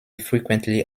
frequently